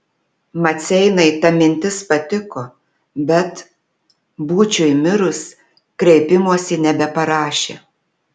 maceinai ta mintis patiko bet būčiui mirus kreipimosi nebeparašė